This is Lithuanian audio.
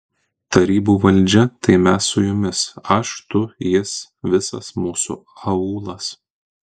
tarybų valdžia tai mes su jumis aš tu jis visas mūsų aūlas